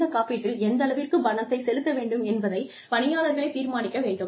இந்த காப்பீட்டில் எந்தளவிற்குப் பணத்தை செலுத்த வேண்டும் என்பதை பணியாளர்களே தீர்மானிக்க வேண்டும்